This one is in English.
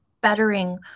bettering